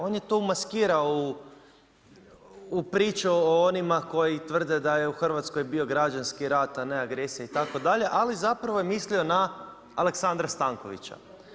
O n je to umaskirao u priču o onima koji tvrde da je u Hrvatskoj bio građanski rat a ne agresija itd., ali zapravo je mislio na Aleksandra Stankovića.